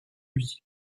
lui